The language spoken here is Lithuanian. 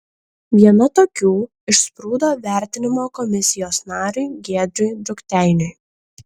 viena tokių išsprūdo vertinimo komisijos nariui giedriui drukteiniui